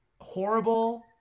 horrible